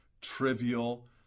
trivial